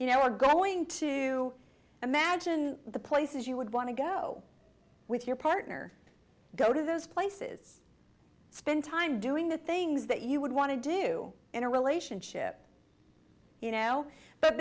you know are going to imagine the places you would want to go with your partner go to those places spend time doing the things that you would want to do in a relationship you know but